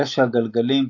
הרי שהגלגלים,